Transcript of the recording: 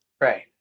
right